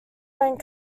line